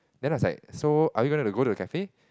then I was like so are we going to go to cafe